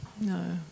No